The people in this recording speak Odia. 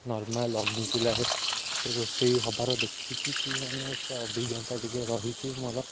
ନର୍ମାଲ୍ ଅଗ୍ନି ଚୂଲାରେ ରୋଷେଇ ହେବାର ଦେଖିଛି କି ମାନେ ସେ ଅଭିଜ୍ଞତା ଟିକେ ରହିଛି ମୋର